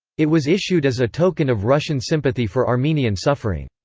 it was issued as a token of russian sympathy for armenian suffering.